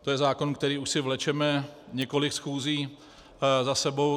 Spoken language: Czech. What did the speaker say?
To je zákon, který už si vlečeme několik schůzí za sebou.